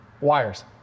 wires